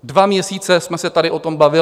Dva měsíce jsme se tady o tom bavili.